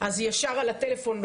אז היא ישר לוחצת